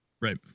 Right